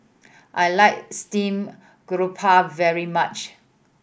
I like steamed garoupa very much